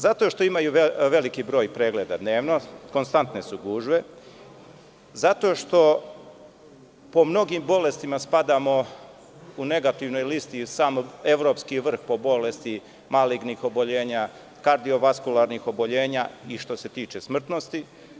Zato što imaju veliki broj pregleda dnevno, konstantne su gužve, zato što po mnogim bolestima spadamo u negativnoj listi u evropski vrh po bolesti malignih oboljenja, kardiovaskularnih oboljenja, što se tiče smrtnosti.